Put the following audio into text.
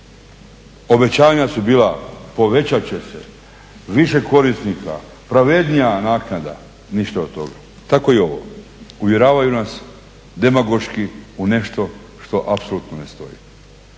obećanja su bila, povećat će se, više korisnika, pravednija naknada, ništa od toga. Tako i ovo. Uvjeravaju nas demagoški u nešto što apsolutno ne stoji.